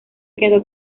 quedó